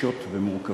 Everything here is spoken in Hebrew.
קשות ומורכבות.